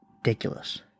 ridiculous